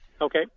Okay